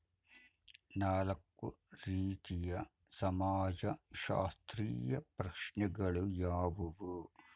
ನಾಲ್ಕು ರೀತಿಯ ಸಮಾಜಶಾಸ್ತ್ರೀಯ ಪ್ರಶ್ನೆಗಳು ಯಾವುವು?